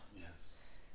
Yes